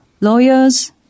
lawyers